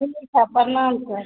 ठीक है प्रणाम सर